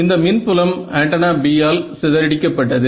இந்த மின்புலம் antenna B ஆல் சிதறடிக்கப்பட்டது